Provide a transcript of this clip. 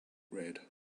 red